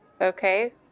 okay